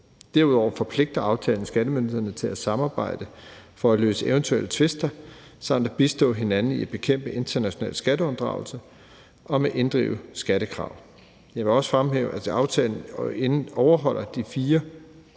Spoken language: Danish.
Derudover forpligter aftalen skattemyndighederne til at samarbejde for at løse eventuelle tvister samt at bistå hinanden i at bekæmpe international skatteunddragelse og med at inddrive skattekrav. Jeg vil også fremhæve, at aftalen overholder de fire